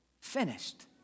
finished